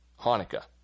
Hanukkah